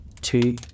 two